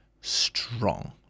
strong